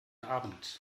abend